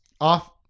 off